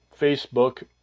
Facebook